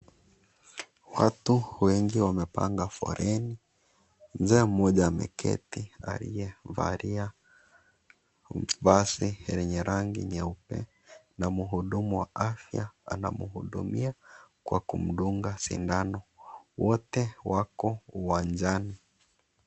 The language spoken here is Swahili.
Watu wengi wamepanga foleni, mzee mmoja ameketi aliyevalia vazi lenye rangi nyeupe na mhudumu wa afy anamhudumia kwa kudunga sindano, wote wako uwanjani.